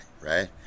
right